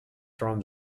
from